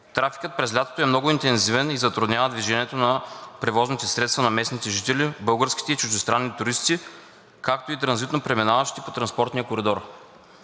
Трафикът през лятото е много интензивен и затруднява движението на превозните средства на местните жители, българските и чуждестранните туристи, както и транзитно преминаващите по транспортния коридор.